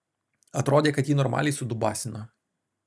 atrodė kad jį normaliai sudubasino